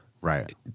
Right